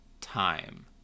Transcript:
time